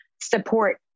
support